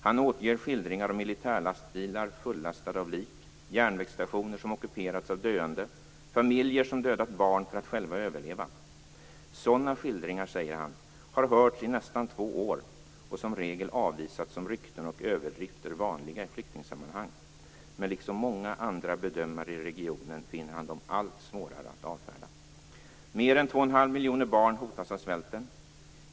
Han återger skildringar av militärlastbilar fullastade av lik, järnvägsstationer om ockuperats av döende och familjer som dödat barn för att själva överleva. Sådana skildringar, säger han, har hörts i nästan två år och som regel avvisats som rykten och överdrifter vanliga i flyktingsammanhang. Men liksom många andra bedömare i regionen finner han dem allt svårare att avfärda. Men än 2,5 miljoner barn hotas av svälten.